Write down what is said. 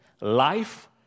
life